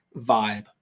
vibe